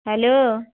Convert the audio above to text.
hello